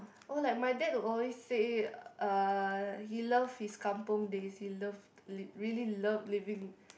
oh like my dad would always say uh he love his kampung days he loved liv~ really love living